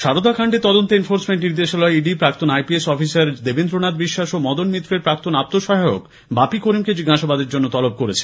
সারদা কান্ডে তদন্তে এনফোর্সমেন্ট নির্দেশালয় ইডি প্রাক্তণ আইপিএস অফিসার দেবেন্দ্রনাথ বিশ্বাস ও মদন মিত্রের প্রাক্তণ আপ্তসহায়ক বাপী করিমকে জিজ্ঞাসাবাদের জন্য তলব করেছে